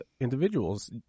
individuals